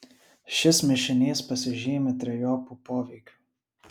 šis mišinys pasižymi trejopu poveikiu